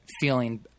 feeling